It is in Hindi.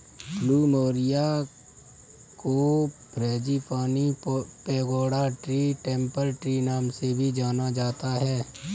प्लूमेरिया को frangipani, pagoda tree, temple tree नाम से भी जाना जाता है